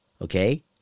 okay